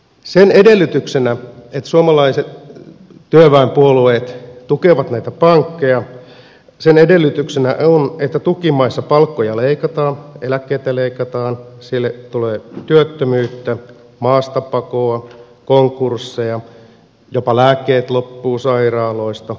sen edellytyksenä että suomalaiset työväenpuolueet tukevat näitä pankkeja on että tukimaissa palkkoja leikataan eläkkeitä leikataan siellä tulee työttömyyttä maastapakoa konkursseja jopa lääkkeet loppuvat sairaaloista täydellinen kaaos